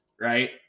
right